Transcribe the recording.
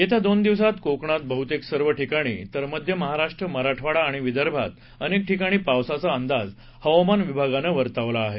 येत्या दोन दिवसांत कोकणात बहुतेक सर्व ठिकाणी तर मध्य महाराष्ट्र मराठवाडा आणि विदर्भात अनेक ठिकाणी पावसाचा अंदाज हवामान विभागानं वर्तवला आहे